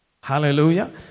Hallelujah